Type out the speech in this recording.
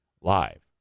live